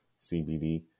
cbd